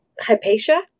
Hypatia